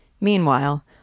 Meanwhile